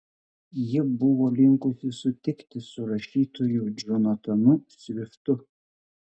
ji buvo linkusi sutikti su rašytoju džonatanu sviftu